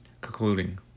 Concluding